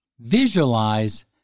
Visualize